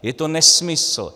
Je to nesmysl.